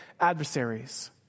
adversaries